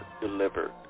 delivered